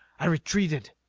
i retreated.